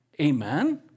Amen